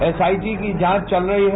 SIT की जांच चल रही है